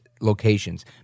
locations